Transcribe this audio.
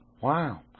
wow